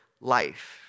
life